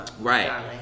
right